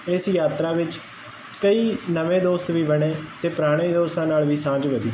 ਇਸ ਯਾਤਰਾ ਵਿੱਚ ਕਈ ਨਵੇਂ ਦੋਸਤ ਵੀ ਬਣੇ ਤੇ ਪੁਰਾਣੇ ਦੋਸਤਾਂ ਨਾਲ ਵੀ ਸਾਂਝ ਵਧੀ